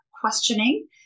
questioning